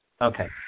okay